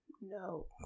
no